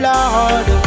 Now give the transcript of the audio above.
Lord